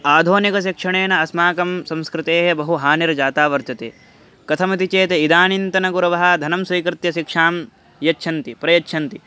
आधुनिकशिक्षणेन अस्माकं संस्कृतेः बहु हानिर्जाता वर्तते कथमति चेत् इदानीन्तनगुरवः धनं स्वीकृत्य शिक्षां यच्छन्ति प्रयच्छन्ति